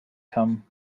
come